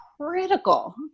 critical